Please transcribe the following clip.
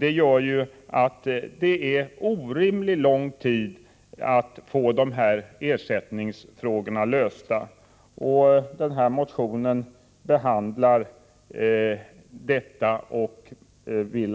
Det kan alltså ta orimligt lång tid att få - ersättningsfrågorna lösta. Vår motion avser att